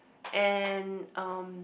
and um